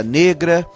negra